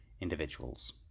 individuals